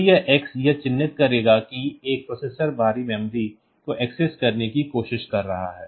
तो यह X यह चिन्हित करेगा कि एक प्रोसेसर बाहरी मेमोरी को एक्सेस करने की कोशिश कर रहा है